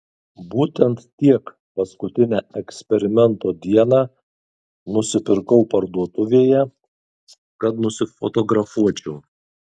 būtent tiek paskutinę eksperimento dieną nusipirkau parduotuvėje kad nusifotografuočiau